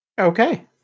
Okay